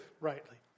rightly